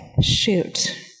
shoot